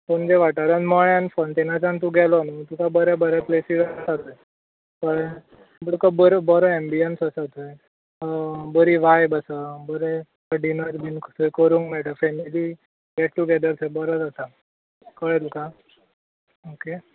पणजे वाठारान मळ्यान फाँटेनाजान तूं गेलो नू थंय तूका बरें बरें प्लॅसीज आसात थंय कळ्ळें तुका बरें बरें एँबियंस आसा थंय बरी वायब आसा बरें डिनर बी खंय करूंक मेळटा फॅमिली गॅट टूगेदर थंय बकें जाता कळ्ळें तुका ऑके